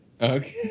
okay